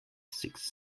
seeks